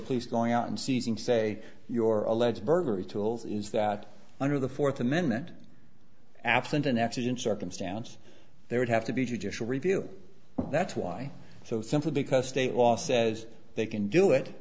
police going out and seizing say your alleged burglary tools is that under the fourth amendment absent an accident circumstance there would have to be judicial review that's why so simply because state law says they can do it